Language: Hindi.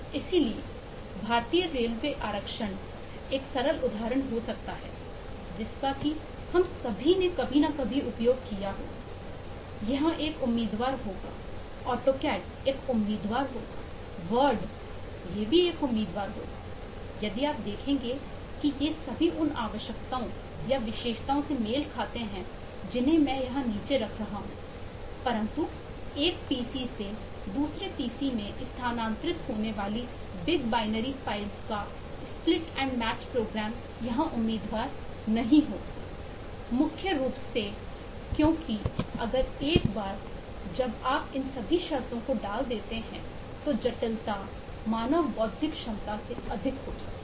इसलिए भारतीय रेलवे आरक्षण एक सरल उदाहरण हो सकता है जिसका कि हम सभी ने उपयोग किया है यहाँ एक उम्मीदवार होगा ऑटोकैड यहां उम्मीदवार नहीं होगा मुख्य रूप से क्योंकि अगर एक बार जब आप इन सभी शर्तों को डाल देते हैं तो जटिलता मानव बौद्धिक क्षमता से अधिक हो जाती है